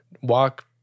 walk